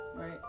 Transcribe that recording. right